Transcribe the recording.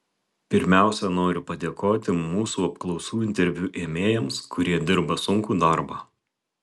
pirmiausia noriu padėkoti mūsų apklausų interviu ėmėjams kurie dirba sunkų darbą